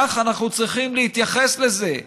כך אנחנו צריכים להתייחס לזה,